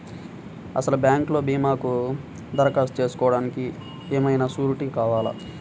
అసలు బ్యాంక్లో భీమాకు దరఖాస్తు చేసుకోవడానికి ఏమయినా సూరీటీ కావాలా?